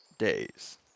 days